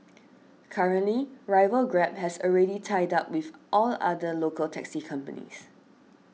currently rival Grab has already tied up with all other local taxi companies